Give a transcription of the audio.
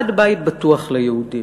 אחד, בית בטוח ליהודים,